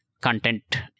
content